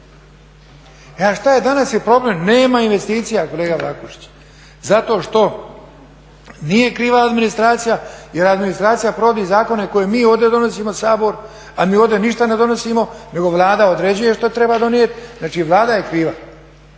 E a šta je, danas je problem nema investicija kolega Jelušić. Zato što nije kriva administracija jer administracija provodi zakone koje mi ovdje donosimo, Sabor, a mi ovdje ništa ne donosimo nego Vlada određuje što treba donijeti, znači Vlada je kriva.